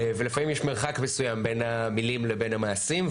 ולפעמים יש מרחק מסוים בין המילים לבין המעשים,